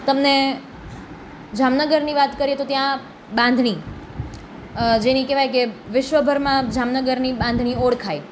તમને જામનગરની વાત કરીએ તો ત્યાં બાંધણી જેની કહેવાય કે વિશ્વભરમાં જામનગરની બાંધણી ઓળખાય